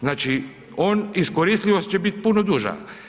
Znači, on, iskoristivost će biti puno duža.